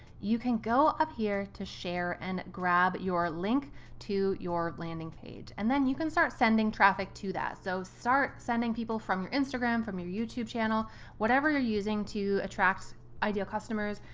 you can go up here to share and grab your link to your landing page. and then you can start sending traffic to that. so start sending people from your instagram, from your youtube channel whatever you're using to attract ideal customers.